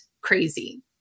crazy